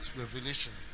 revelation